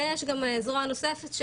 יש גם זרוע נוספת,